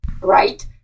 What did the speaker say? right